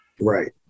Right